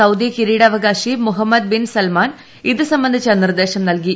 Saudi കിരീടാവകാശി Mohammed bin Salman ഇതു സംബന്ധിച്ച നിർദ്ദേശം നൽകി